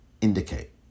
indicate